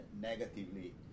negatively